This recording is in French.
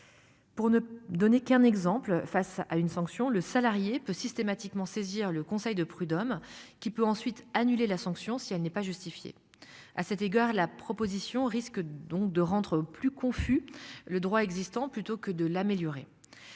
Pour ne donner qu'un exemple. Face à une sanction le salarié peut systématiquement saisir le conseil de prud'hommes qui peut ensuite annulé la sanction si elle n'est pas justifiée à cet égard la proposition risque donc de rendre plus confus. Le droit existant plutôt que de l'améliorer.